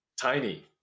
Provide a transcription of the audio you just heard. tiny